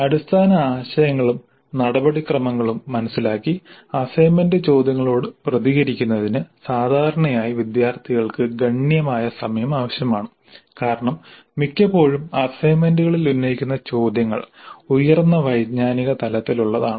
അടിസ്ഥാന ആശയങ്ങളും നടപടിക്രമങ്ങളും മനസിലാക്കി അസൈൻമെന്റ് ചോദ്യങ്ങളോട് പ്രതികരിക്കുന്നതിന് സാധാരണയായി വിദ്യാർത്ഥികൾക്ക് ഗണ്യമായ സമയം ആവശ്യമാണ് കാരണം മിക്കപ്പോഴും അസൈൻമെന്റുകളിൽ ഉന്നയിക്കുന്ന ചോദ്യങ്ങൾ ഉയർന്ന വൈജ്ഞാനിക തലത്തിലുള്ളതാണ്